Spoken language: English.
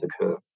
occur